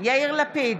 יאיר לפיד,